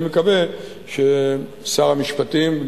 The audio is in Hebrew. אני מקווה ששר המשפטים,